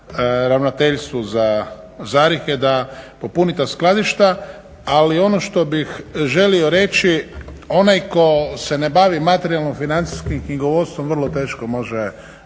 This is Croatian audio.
ravnateljstvu za zalihe da popuni ta skladišta. Ali ono što bih želio reći, onaj tko se ne bavi materijalno financijskim knjigovodstvom, vrlo teško može